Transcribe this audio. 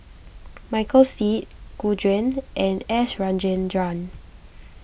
Michael Seet Gu Juan and S Rajendran